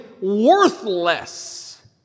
worthless